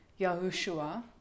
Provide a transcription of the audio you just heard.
Yahushua